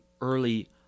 early